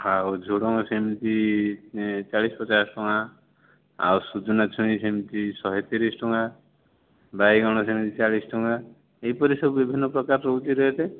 ଆଉ ଝୁଡ଼ଙ୍ଗ ସେମିତି ଚାଳିଶ ପଚାଶ ଟଙ୍କା ଆଉ ସୁଜନା ଛୁଇଁ ସେମିତି ଶହେ ତିରିଶ ଟଙ୍କା ବାଇଗଣ ସେମିତି ଚାଳିଶ ଟଙ୍କା ଏହିପରି ସବୁ ବିଭିନ୍ନ ପ୍ରକାର ରହୁଛି ରେଟ୍